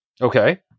Okay